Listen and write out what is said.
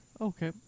Okay